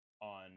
on